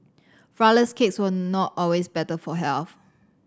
flourless cakes were not always better for health